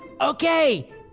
Okay